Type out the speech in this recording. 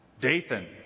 Dathan